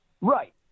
Right